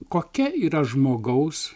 kokia yra žmogaus